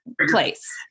place